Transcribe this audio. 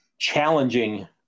challenging